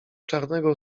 czarnego